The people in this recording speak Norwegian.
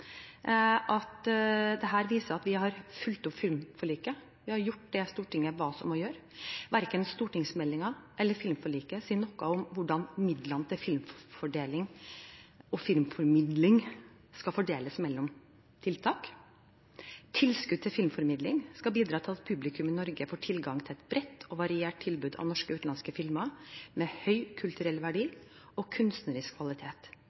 at dette viser at vi har fulgt opp filmforliket, vi har gjort det Stortinget ba oss om å gjøre. Verken stortingsmeldingen eller filmforliket sier noe om hvordan midlene til filmformidling skal fordeles mellom tiltak. Tilskudd til filmformidling skal bidra til at publikum i Norge får tilgang til et bredt og variert tilbud av norske og utenlandske filmer med høy kulturell verdi og kunstnerisk kvalitet.